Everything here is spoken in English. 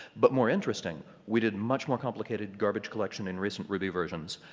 but more interesting, we did much more complicated garbage collection in recent ruby versions.